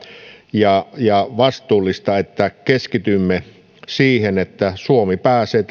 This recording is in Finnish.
ja ja vastuullista että keskitymme siihen että suomi pääsee